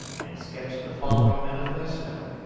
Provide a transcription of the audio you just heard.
and sketched the following manifesto,